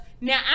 now